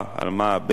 על מה הבכי,